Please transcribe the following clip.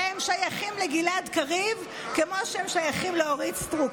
הרי הם שייכים לגלעד קריב כמו שהם שייכים לאורית סטרוק,